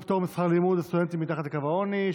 פטור משכר לימוד לסטודנטים מתחת לקו העוני),